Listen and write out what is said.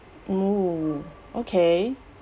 oh okay